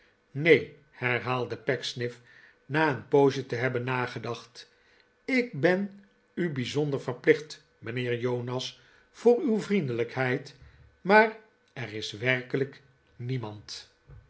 neen herhaalde pecksniff na een poosje te hebben nagedacht ik ben u bijzonder verplicht mijnheer jonas voor uw vriendelijkheid maar er is werkelijk niemand